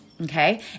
okay